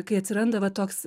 kai atsiranda va toks